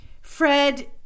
Fred